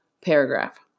paragraph